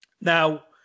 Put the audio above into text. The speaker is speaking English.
Now